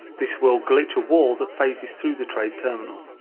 this will glitch a wall that phases through the trade terminal.